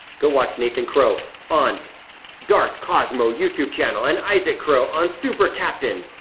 go watch nathan crow on darth cosmo youtube channel and isaac crow on super captain.